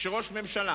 כשראש ממשלה